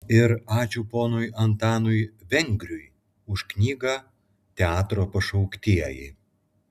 ir ačiū ponui antanui vengriui už knygą teatro pašauktieji